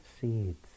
seeds